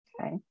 Okay